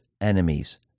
enemies